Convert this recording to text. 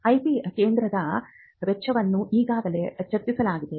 IP ಕೇಂದ್ರದ ವೆಚ್ಚವನ್ನು ಈಗಾಗಲೇ ಚರ್ಚಿಸಲಾಗಿದೆ